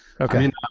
Okay